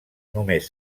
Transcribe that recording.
només